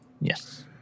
Yes